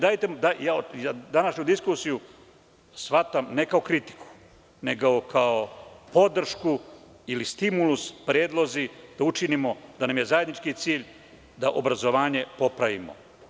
Današnju diskusiju shvatam ne kao kritiku, nego kao podršku ili stimulans da učinimo da nam zajednički cilj bude da obrazovanje popravimo.